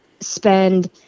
spend